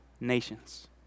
nations